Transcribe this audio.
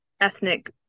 ethnic